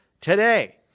today